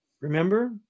remember